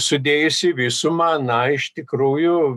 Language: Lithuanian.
sudėjus į visumą na iš tikrųjų